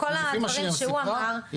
לפי מה שהיא סיפרה,